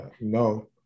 no